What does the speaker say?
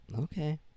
Okay